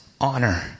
honor